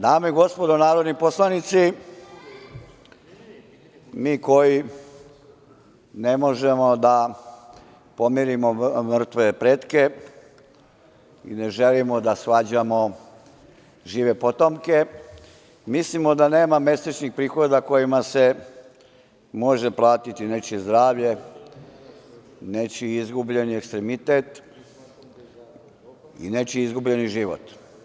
Dame i gospodo narodni poslanici, mi koji ne možemo da pomirimo mrtve pretke i ne želimo da svađamo žive potomke, mislimo da nema mesečnih prihoda kojima se može platiti nečije zdravlje, nečiji izgubljeni ekstremitet i nečiji izgubljeni život.